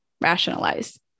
rationalize